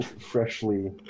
freshly